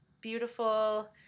beautiful